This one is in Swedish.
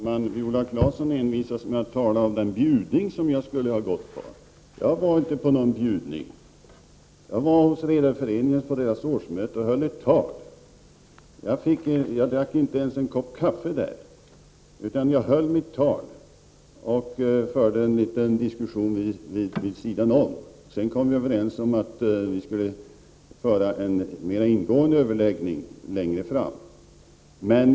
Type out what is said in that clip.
Herr talman! Viola Claesson envisas med att tala om den bjudning som jag skulle ha gått på. Jag var inte på någon bjudning. Jag var hos Redare föreningen på föreningens årsmöte och höll ett tal. Jag drack inte ens en kopp kaffe där. Jag höll mitt tal och förde en liten diskussion vid sidan om. Därefter kom vi överens om att vi skulle ha en mera ingående överläggning längre fram.